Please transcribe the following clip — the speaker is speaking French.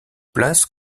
places